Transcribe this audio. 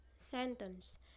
Sentence